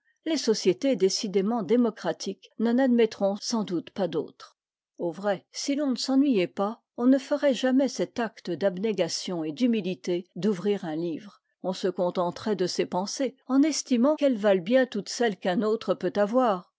les sociétés décidément démocratiques n'en admettront sans doute pas d'autres au vrai si l'on ne s'ennuyait pas on ne ferait jamais cet acte d'abnégation et d'humilité d'ouvrir un livre on se contenterait de ses pensées en estimant qu'elles valent bien toutes celles qu'un autre peut avoir